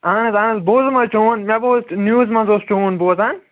اَہن حظ اَہن حظ بوٗزُم حظ چون مےٚ بوٗز نِوٕز منٛز اوس چون بوزان